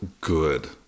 good